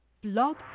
blog